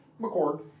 McCord